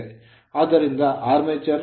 ಆದ್ದರಿಂದ armature Rse ಮತ್ತು R ಸರಣಿಗಳಲ್ಲಿವೆ